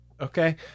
Okay